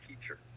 Teacher